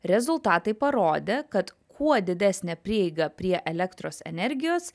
rezultatai parodė kad kuo didesnė prieiga prie elektros energijos